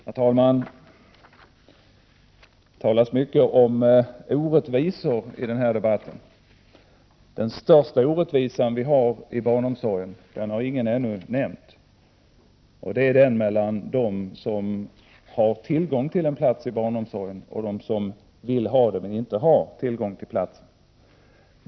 Herr talman! Det talas mycket om orättvisor i denna debatt. Men den största orättvisan vi har i barnomsorgen har ingen ännu nämnt. Det är orättvisan mellan dem som har tillgång till en plats i barnomsorgen och dem som vill ha tillgång till en plats men inte har det.